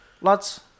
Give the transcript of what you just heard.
Lads